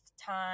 time